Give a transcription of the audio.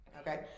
Okay